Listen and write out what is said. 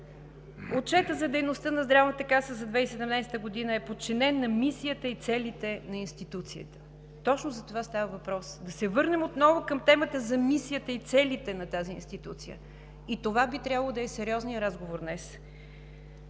„Отчетът за дейността на Здравната каса за 2017 г. е подчинен на мисията и целите на институцията.“ Точно за това става въпрос – да се върнем отново към темата за мисията и целите на тази институция. Това би трябвало да е сериозният разговор днес.